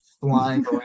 flying